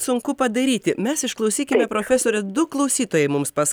sunku padaryti mes išklausyk profesore du klausytojai mums pas